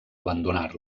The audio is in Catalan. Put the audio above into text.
abandonar